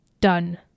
done